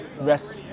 rest